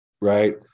right